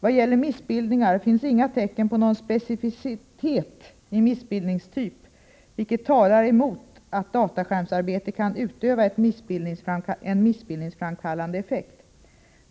Vad gäller missbildningar finns inga tecken på någon specificitet i missbildningstyp, vilket talar mot att dataskärmsarbete kan utöva en missbildningsframkallande effekt.